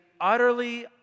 utterly